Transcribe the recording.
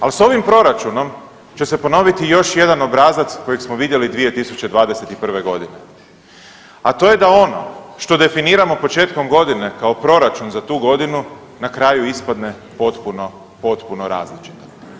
Ali s ovim proračunom će se ponoviti još jedan obrazac kojeg smo vidjeli 2021.g., a to je da ono što definiramo početkom godine kao proračun za tu godinu na kraju ispadne potpuno, potpuno različito.